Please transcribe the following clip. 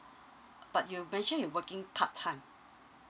but you mentioned you working part time